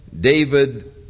David